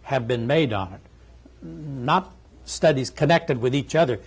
have been made on not studies connected with each other